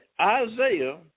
Isaiah